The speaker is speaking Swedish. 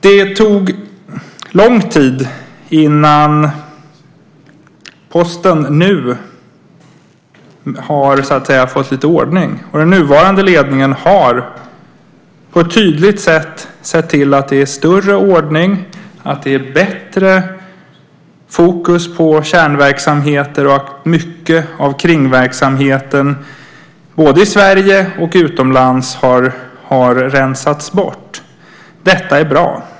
Det tog lång tid för Posten att så att säga få lite ordning. Den nuvarande ledningen har på ett tydligt sätt sett till att det är mer ordning, att det är bättre fokus på kärnverksamheter och att mycket av kringverksamheten både i Sverige och utomlands har rensats bort. Detta är bra.